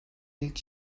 ilk